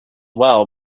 well